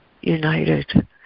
united